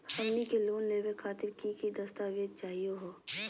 हमनी के लोन लेवे खातीर की की दस्तावेज चाहीयो हो?